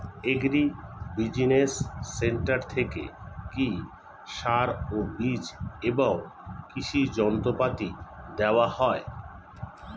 Agri business centre থেকে কি সার ও বিজ এবং কৃষি যন্ত্র পাতি দেওয়া হয়?